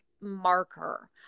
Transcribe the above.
marker